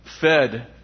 fed